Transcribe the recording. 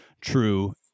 true